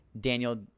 daniel